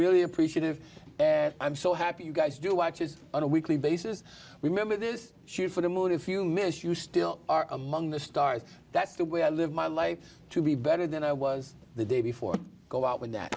really appreciative and i'm so happy you guys do watch it on a weekly basis remember this shoot for the moon if you miss you still are among the stars that's the way i live my life to be better than i was the day before i go out with that